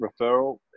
referral